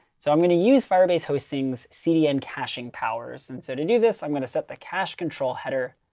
so i'm going to use firebase hosting's cdn caching power. so and so to do this, i'm going to set the cache control header.